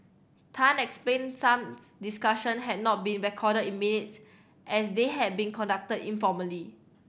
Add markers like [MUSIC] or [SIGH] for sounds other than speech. Tan explained some [UNINTELLIGIBLE] discussion had not been recorded in minutes as they had been conducted informally